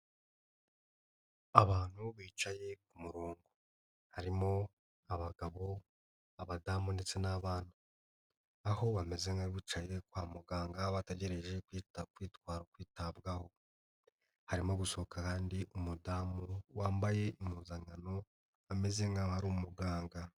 Abantu bicaye ku murongo harimo abagabo abadamu ndetse n'abana. Aho bameze nk'abicaye kwa muganga bategereje kwitabwaho, harimo gusohoka umudamu wambaye impuzankano ameze nk'aho ari umuganga.